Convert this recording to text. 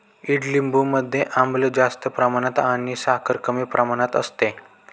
ईडलिंबू मध्ये आम्ल जास्त प्रमाणात आणि साखर कमी प्रमाणात असते